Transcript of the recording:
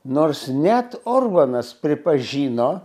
nors net orbanas pripažino